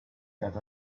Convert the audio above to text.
that